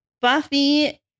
Buffy